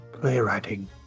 playwriting